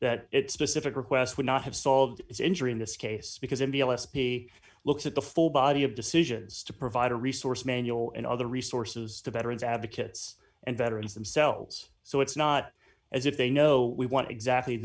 that it's specific requests would not have solved this injury in this case because in the l s p looks at the full body of decisions to provide a resource manual and other resources to veterans advocates and veterans themselves so it's not as if they know we want exactly